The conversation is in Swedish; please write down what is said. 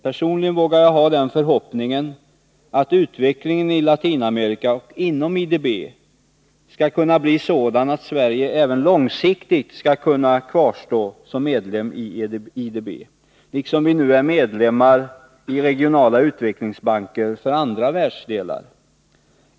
Personligen vågar jag ha den förhoppningen att utvecklingen i Latinamerika och inom IDB skall bli sådan att Sverige även långsiktigt skall kunna kvarstå som medlem i IDB, liksom vi nu är medlemmar i regionala utvecklingsbanker för andra världsdelar.